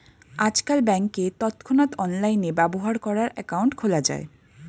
আজকাল ব্যাংকে তৎক্ষণাৎ অনলাইনে ব্যবহার করার অ্যাকাউন্ট খোলা যায়